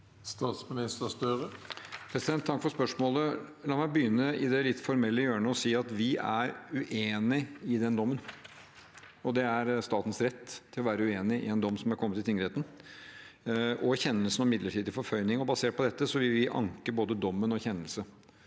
Statsminister Jonas Gahr Støre Takk for spørsmålet. La meg begynne i det litt formelle hjørnet og si at vi er uenig i den dommen. Det er statens rett å være uenig i en dom som er kommet i tingretten, og kjennelsen om midlertidig forføyning. Basert på dette vil vi anke både dommen og kjennelsen.